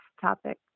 topic